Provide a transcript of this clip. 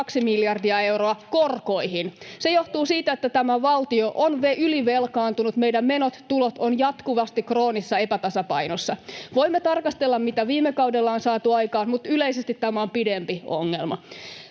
3,2 miljardia euroa korkoihin. Se johtuu siitä, että tämä valtio on ylivelkaantunut eli meidän menot ja tulot ovat jatkuvasti kroonisessa epätasapainossa. Voimme tarkastella, mitä viime kaudella on saatu aikaan, mutta yleisesti tämä on pidempi ongelma.